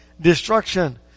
destruction